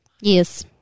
Yes